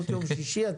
שישי.